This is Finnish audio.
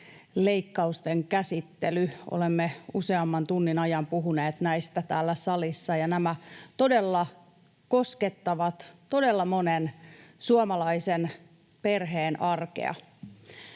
leikkausten käsittely. Olemme useamman tunnin ajan puhuneet näistä täällä salissa, ja nämä todella koskettavat todella monen suomalaisen perheen arkea.